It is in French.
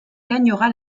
gagnera